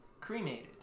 cremated